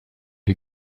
you